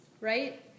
right